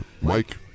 Mike